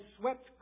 swept